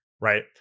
right